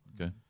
Okay